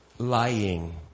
Lying